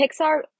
Pixar